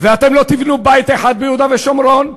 ואתם לא תבנו בית אחד ביהודה ושומרון,